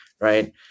Right